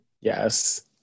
yes